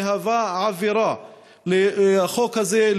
היא עבירה על החוק הזה,